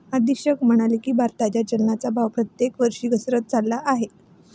अधीक्षक म्हणाले की, भारताच्या चलनाचा भाव प्रत्येक वर्षी घसरत चालला आहे